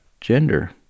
gender